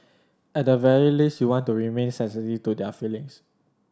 at the very least you want to remain sensitive to their feelings